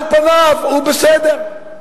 על פניו הוא בסדר?